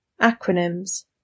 Acronyms